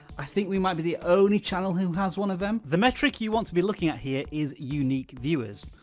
i think we might be the only channel who has one of them. the metric you want to be looking at here is unique viewers.